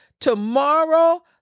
Tomorrow